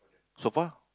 sofa